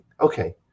okay